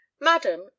Madam